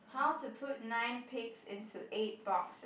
how to put nine pigs into eight boxes